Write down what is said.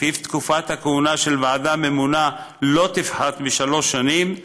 שלפיו תקופת הכהונה של ועדה ממונה לא תפחת משלוש שנים,